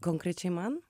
konkrečiai man